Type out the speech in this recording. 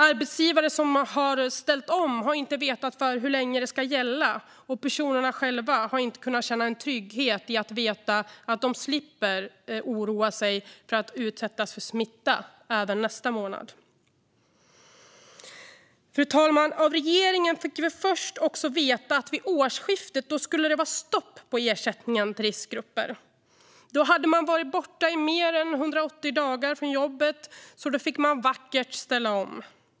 Arbetsgivare som har ställt om har inte vetat hur länge det ska gälla, och personerna själva har inte kunnat känna en trygghet i att veta att de slipper oroa sig för att utsättas för smitta även nästa månad. Fru talman! Av regeringen fick vi först också veta att det vid årsskiftet skulle vara stopp för ersättningen till riskgrupper. Hade man varit borta mer än 180 dagar från jobbet fick man vackert ställa om.